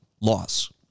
loss